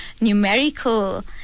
numerical